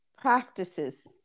practices